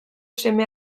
seme